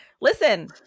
listen